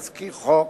תזכיר חוק,